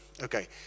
Okay